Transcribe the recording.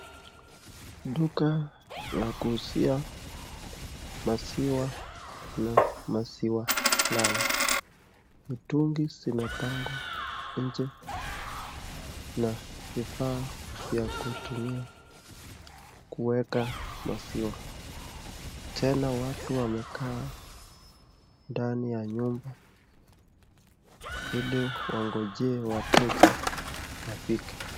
Duka la kuuzia maziwa na maziwa lala. Mitungi zimepangwa nje na vifaa vya kutumia kuweka maziwa tena watu wamekaa ndani ya nyumba ili wangoje wateja wafike.